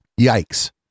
Yikes